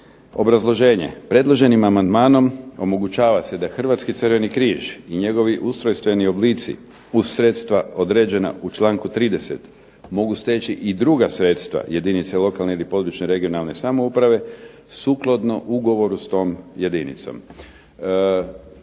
Obrazloženje. Predloženim amandmanom omogućava se da Hrvatski Crveni križ i njegovi ustrojstveni oblici uz sredstva određena u članku 30. mogu steći i druga sredstva jedinice lokalne ili područne (regionalne) samouprave sukladno ugovoru s tom jedinicom.